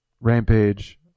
Rampage